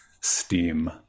steam